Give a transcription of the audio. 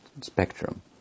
spectrum